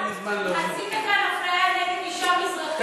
אתה עשית כאן אפליה נגד אישה מזרחית,